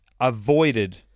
avoided